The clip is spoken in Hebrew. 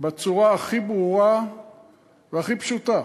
בצורה הכי ברורה והכי פשוטה,